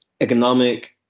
economic